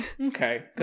Okay